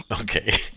Okay